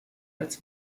als